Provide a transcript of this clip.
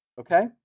okay